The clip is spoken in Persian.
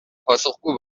پاسخگو